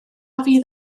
fydd